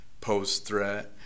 post-threat